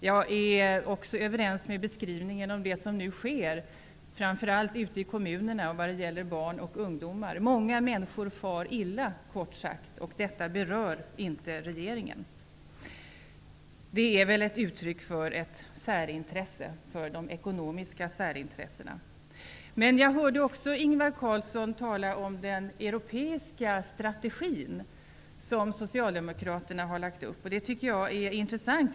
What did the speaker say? Jag instämmer också i beskrivningen som gjordes vad gäller det som nu sker, framför allt ute i kommunerna vad gäller barn och ungdomar. Många människor far, kort sagt, illa. Detta berör inte regeringen. Men det är väl ett uttryck för de ekonomiska särintressena. Ingvar Carlsson talade också om den europeiska strategi som socialdemokraterna har lagt upp. Den är intressant.